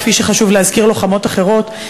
כפי שחשוב להזכיר לוחמות אחרות.